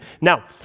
Now